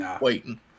waiting